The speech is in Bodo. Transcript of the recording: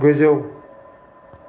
गोजौ